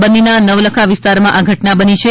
બન્નીના નવલખા વિસ્તારમાં આ ઘટના બની છે